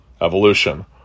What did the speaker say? evolution